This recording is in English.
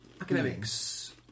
academics